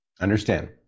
Understand